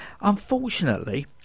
Unfortunately